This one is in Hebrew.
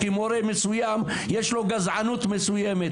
כי למורה מסוים יש גזענות מסוימת.